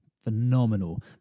phenomenal